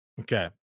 Okay